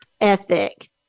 ethic